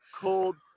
Cold